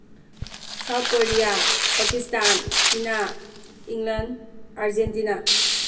South Korea Pakistan China England Argentina